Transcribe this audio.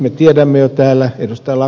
me tiedämme jo täällä ed